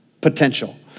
potential